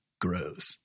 grows